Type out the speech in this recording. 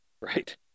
right